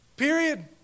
period